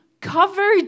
covered